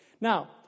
Now